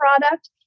product